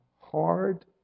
hard